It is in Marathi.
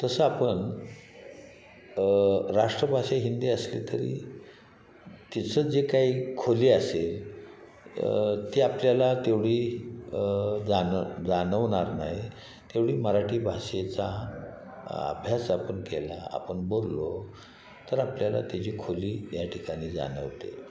तसं आपण राष्ट्रभाषा हिंदी असली तरी तिचं जे काही खोली असेल ती आपल्याला तेवढी जानव जाणवणार नाही तेवढी मराठी भाषेचा अभ्यास आपण केला आपण बोललो तर आपल्याला तिची खोली या ठिकाणी जाणवते